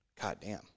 goddamn